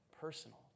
personal